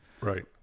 Right